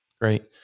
Great